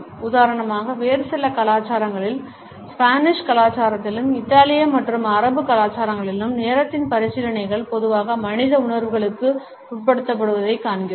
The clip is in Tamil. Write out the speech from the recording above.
உதாரணமாக வேறு சில கலாச்சாரங்களில் ஸ்பானிஷ் கலாச்சாரத்திலும் இத்தாலிய மற்றும் அரபு கலாச்சாரங்களிலும் நேரத்தின் பரிசீலனைகள் பொதுவாக மனித உணர்வுகளுக்கு உட்படுத்தப்படுவதைக் காண்கிறோம்